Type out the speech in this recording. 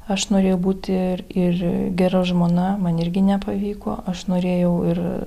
aš norėjau būti ir ir gera žmona man irgi nepavyko aš norėjau ir